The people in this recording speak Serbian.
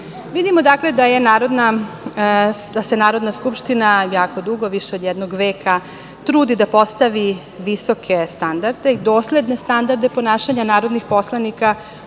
dakle, da se Narodna skupština jako dugo, više od jednog veka, trudi da postavi visoke standarde i dosledne standarde ponašanja narodnih poslanika